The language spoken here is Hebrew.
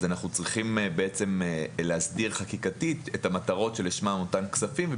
אנחנו צריכים בעצם להסדיר חקיקתית את המטרות שלשמה הוא נתן כספים.